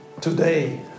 Today